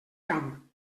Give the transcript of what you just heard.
camp